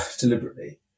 deliberately